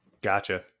Gotcha